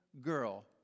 girl